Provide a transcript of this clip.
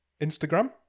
Instagram